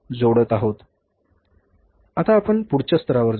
आता आपण पुढच्या स्तरावर जाऊ